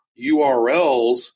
URLs